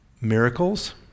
miracles